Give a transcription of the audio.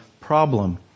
problem